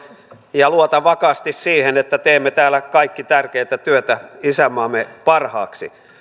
ja luotan vakaasti siihen että teemme täällä kaikki tärkeätä työtä isänmaamme parhaaksi